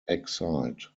excite